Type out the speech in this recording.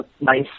nice